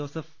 Joseph